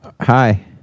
Hi